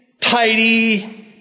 tidy